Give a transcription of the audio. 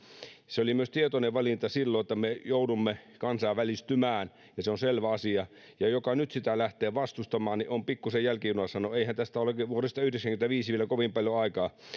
se oli tietoinen valinta silloin että me joudumme myös kansainvälistymään se on selvä asia ja joka nyt sitä lähtee vastustamaan niin on pikkuisen jälkijunassa no eihän tästä vuodesta yhdeksänkymmentäviisi ole vielä kovin paljon aikaa